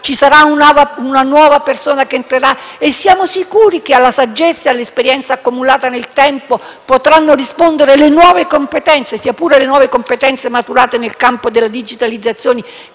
ci sarà una nuova persona che vi entrerà? Mi chiedo inoltre se siamo sicuri che alla saggezza e all'esperienza accumulata nel tempo potranno rispondere le nuove competenze, sia pure quelle maturate nel campo della digitalizzazione,